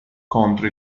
contro